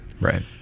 Right